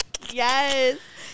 Yes